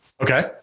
Okay